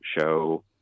show